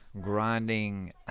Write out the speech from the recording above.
grinding